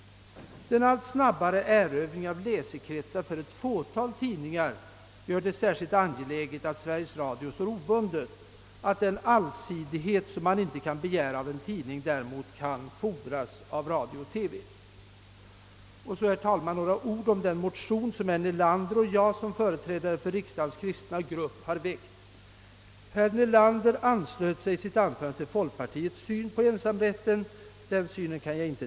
Ett fåtal tidningars allt snabbare erövring av hela landets läsekrets gör det särskilt angeläget att radiooch TV-företaget är obundet, så att den allsidighet man inte kan och bör begära av en tidning kan fordras av Sveriges Radio-TV. Så, herr talman, vill jag säga några ord om den motion som herr Nelander och jag som företrädare för riksdagens kristna grupp har väckt. Herr Nelander anslöt sig i sitt anförande till folkpartiets syn på ensamrätten för Sveriges Radio-TV att handha programverksamheten.